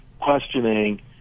questioning